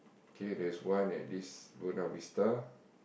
K there's one at this Buona-Vista